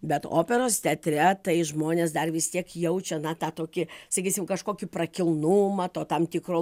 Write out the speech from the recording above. bet operos teatre tai žmonės dar vis tiek jaučia na tą tokį sakysim kažkokį prakilnumą to tam tikro